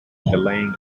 delaying